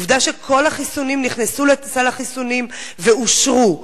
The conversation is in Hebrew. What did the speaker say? עובדה שכל החיסונים נכנסו לסל החיסונים ואושרו.